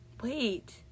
Wait